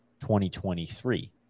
2023